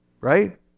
right